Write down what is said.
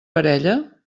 parella